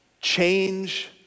change